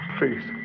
Please